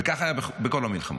וככה היה בכל המלחמות.